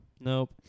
Nope